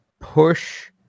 push